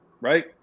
right